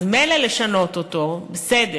אז מילא לשנות אותו, בסדר,